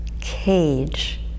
cage